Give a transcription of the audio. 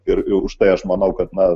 ir ir užtai aš manau kad na